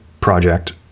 project